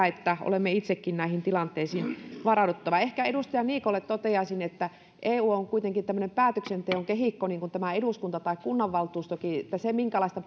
että olemme itsekin näihin tilanteisiin varautuneet ehkä edustaja niikolle toteaisin että kun eu on kuitenkin tämmöinen päätöksenteon kehikko niin kuin tämä eduskunta tai kunnanvaltuustokin niin sehän minkälaista